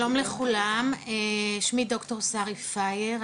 שלום לכולם שמי ד"ר שרי פייר,